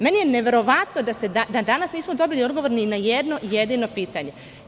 Meni je neverovatno da nismo dobili odgovor ni na jedno jedini pitanje.